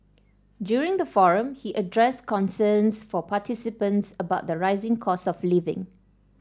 during the forum he addressed concerns from participants about the rising cost of living